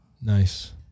Nice